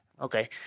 okay